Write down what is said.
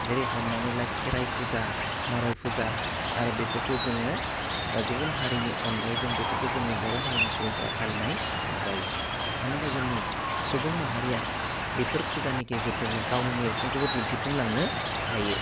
जेरै हमनानै ला खेराय फुजा माराय फुजा आरो बेफोरखौ जोङो गुबुन हारिनि अनगायै जों बेफोरखौ जोंनि बर' हारिनि सुबुंफ्रा फालिनाय जायो मानो होनबा जोंनि सुबुं माहारिया बेफोर फुजानि गेजेरजोंनो गावनि नेर्सोनखौबो दिन्थिफुंलांनो हायो